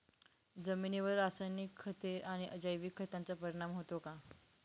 जमिनीवर रासायनिक खते आणि जैविक खतांचा परिणाम होतो का?